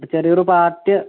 ചെറിയൊരു പാർട്ടിയാണ്